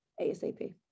ASAP